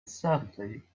suddenly